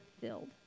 filled